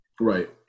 Right